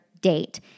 date